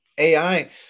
AI